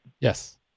Yes